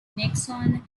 nixon